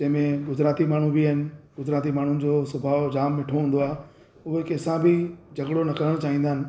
जंहिंमें गुजराती माण्हू बि आहिनि गुजराती माण्हुनि जो स्वभाव जामु मिठो हूंदो आहे उहा कंहिंसां बि झगड़ो न करणु चाहींदा आहिनि